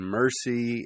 mercy